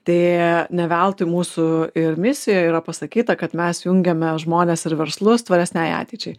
tai ne veltui mūsų ir misijoje yra pasakyta kad mes jungiame žmones ir verslus tvaresnei ateičiai